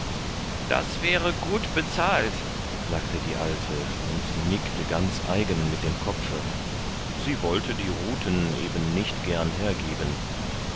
das wäre gut bezahlt sagte die alte und nickte ganz eigen mit dem kopfe sie wollte die ruten eben nicht gern hergeben